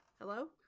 Hello